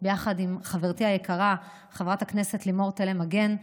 ביחד עם חברתי היקרה חברת הכנסת לימור תלם מגן,